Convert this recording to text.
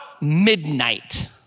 midnight